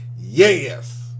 Yes